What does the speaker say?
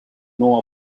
know